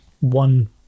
one